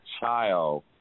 child